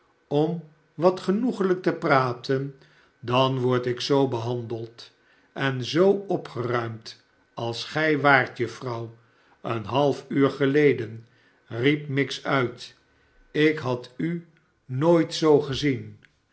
om wat genoeglijk te praten dan word ik zoo behandeld en zoo opgeruimd als gij waart juffrouw een half uur geleden riep miggs uit ik had u nooit zoo gezien